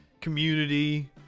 community